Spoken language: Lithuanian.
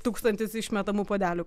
tūkstantis išmetamų puodelių